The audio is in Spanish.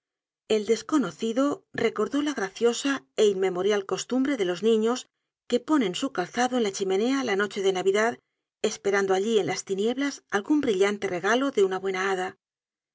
el desconocido recordó la graciosa é inmemorial costumbre de los niños que ponen su calzado en la chimenea la noche de navidad esperando allí en las tinieblas algun brillante regalo de una buena hada